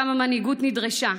כמה מנהיגות נדרשה,